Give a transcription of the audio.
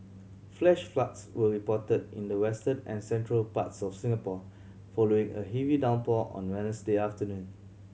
flash floods were reported in the western and central parts of Singapore following a heavy downpour on Wednesday afternoon